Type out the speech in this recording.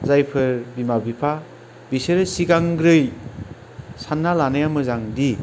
जायफोर बिमा बिफा बिसोरो सिगांग्रै सान्ना लानाया मोजांदि